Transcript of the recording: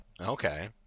Okay